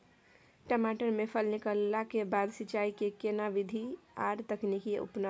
टमाटर में फल निकलला के बाद सिंचाई के केना विधी आर तकनीक अपनाऊ?